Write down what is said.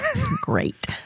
Great